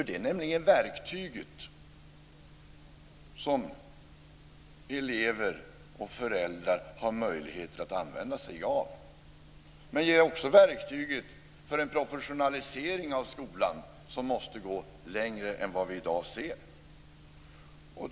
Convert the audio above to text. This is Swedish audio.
Det är nämligen det verktyg som elever och föräldrar har möjlighet att använda sig av. Men det är också verktyget för en professionalisering av skolan som måste gå längre än vad vi ser i dag.